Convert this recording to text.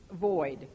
void